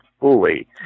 fully